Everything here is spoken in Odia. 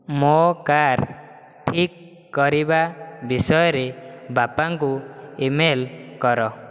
ମୋ କାର୍ ଠିକ୍ କରିବା ବିଷୟରେ ବାପାଙ୍କୁ ଇମେଲ୍ କର